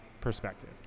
perspective